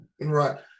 Right